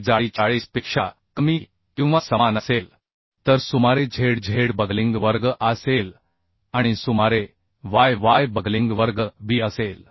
ची जाडी 40 पेक्षा कमी किंवा समान असेल तर सुमारेz z बकलिंग वर्ग A अ सेल आणि सुमारेy y बकलिंग वर्ग B असेल